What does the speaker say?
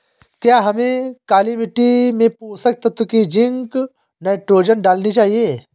क्या हमें काली मिट्टी में पोषक तत्व की जिंक नाइट्रोजन डालनी चाहिए?